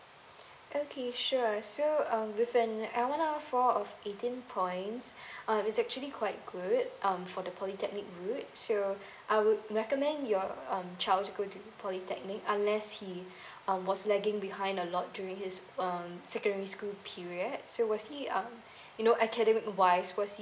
okay sure so um within of eighteen points uh is actually quite good um for the polytechnic routes so I would recommend your um child to go to polytechnic unless he um was lagging behind a lot during his um secondary school period so was he um you know academic wise was he